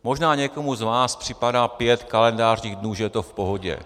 Možná někomu z vás připadá pět kalendářních dnů, že je to v pohodě.